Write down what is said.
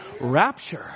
Rapture